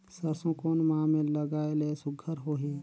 सरसो कोन माह मे लगाय ले सुघ्घर होही?